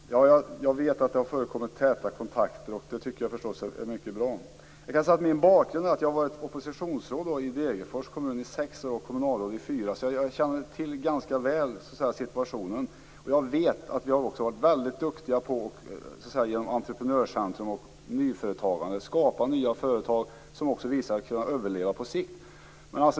Fru talman! Jag vet att det har förekommit täta kontakter, och det tycker jag förstås är mycket bra. Jag kan om min egen bakgrund nämna att jag i Degerfors kommun har varit oppositionsråd i sex år och kommunalråd i fyra år. Jag känner därför ganska väl till situationen, och jag vet att vi har varit väldigt duktiga på att med entreprenörsanda och nyföretagande skapa nya företag som visat sig kunna överleva på sikt.